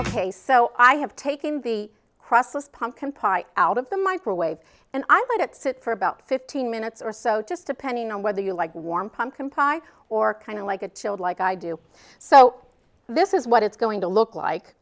ok so i have taken the crossest pumpkin pie out of the microwave and i let it sit for about fifteen minutes or so just depending on whether you like warm pumpkin pie or kind of like a chilled like i do so this is what it's going to look like